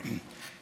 נכון?